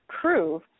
Prove